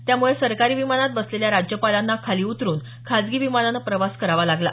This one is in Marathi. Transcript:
त्यामुळे सरकारी विमानात बसलेल्या राज्यपालांना खाली उतरुन खासगी विमानानं प्रवास करावा लागला